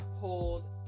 pulled